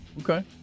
Okay